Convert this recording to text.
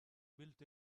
built